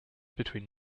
between